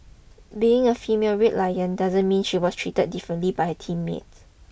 being a female Red Lion doesn't mean she was treated differently by teammates